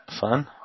Fun